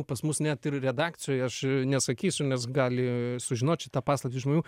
o pas mus net ir redakcijoj aš nesakysiu nes gali sužinot šitą paslaptį žmonių